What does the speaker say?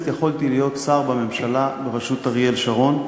יכולתי להיות שר בממשלה בראשות אריאל שרון,